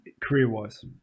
career-wise